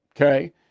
okay